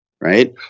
right